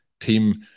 team